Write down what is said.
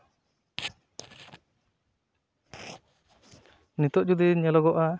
ᱱᱤᱛᱳᱜ ᱡᱩᱫᱤ ᱧᱮᱞᱚᱜᱚᱜᱼᱟ